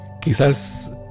quizás